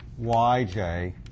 yj